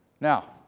Now